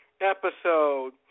episode